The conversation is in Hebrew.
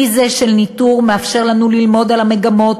כלי זה של ניטור מאפשר לנו ללמוד על המגמות